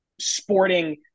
sporting